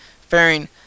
fairing